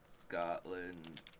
Scotland